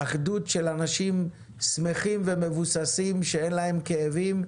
אחדות של אנשים שמחים ומבוססים שאין להם כאבים,